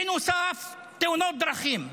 בנוסף, תאונות דרכים.